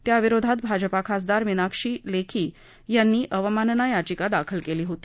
त्याविरोधात भाजपा खासदार मीनाक्षी लेखी यांनी अवमानना याचिका दाखल केली होती